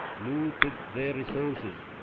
looted their resources,